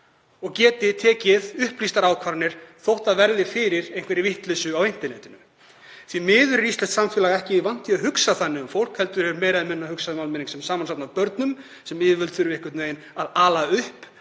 og geti tekið upplýstar ákvarðanir þótt það verði fyrir einhverri vitleysu á internetinu. Því miður er íslenskt samfélag ekki vant því að hugsa þannig um fólk heldur er meira eða minna hugsað um almenning sem samansafn af börnum sem yfirvöld þurfi einhvern veginn að ala upp.